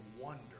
wonder